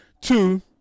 two